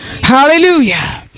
hallelujah